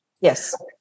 Yes